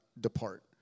depart